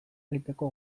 egiteko